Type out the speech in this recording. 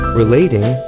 relating